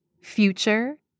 Future